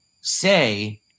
say